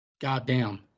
Goddamn